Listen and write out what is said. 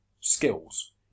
skills